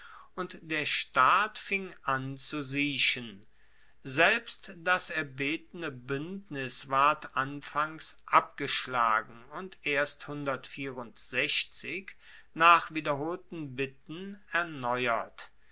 und der staat fing an zu siechen selbst das erbetene buendnis ward anfangs abgeschlagen und erst nach wiederholten bitten erneuert